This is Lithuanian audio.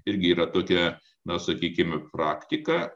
irgi yra tokia na sakykime praktika